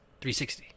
360